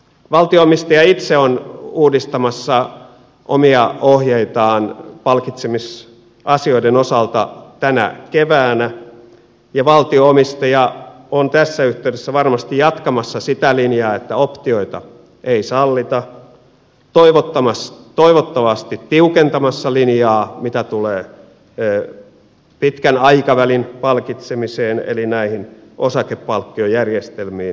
valtio omistaja itse on uudistamassa omia ohjeitaan palkitsemisasioiden osalta tänä keväänä ja valtio omistaja on tässä yhteydessä varmasti jatkamassa sitä linjaa että optioita ei sallita toivottavasti tiukentamassa linjaa mitä tulee pitkän aikavälin palkitsemiseen eli näihin osakepalk kiojärjestelmiin ja vastaaviin